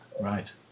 Right